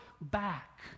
back